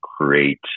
create